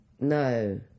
No